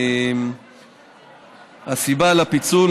הסיבה לפיצול,